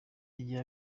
igihe